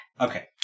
Okay